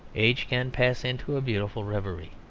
age can pass into a beautiful reverie.